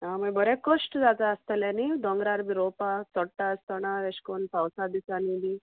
आ बरें कश्ट जाता आसतलें न्ही दोंगरार बी रोवपाक चोडटा आसतोणा एशें कोन्न पावसा दिसांनी बी